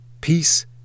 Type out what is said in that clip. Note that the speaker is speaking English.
Peace